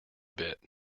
bit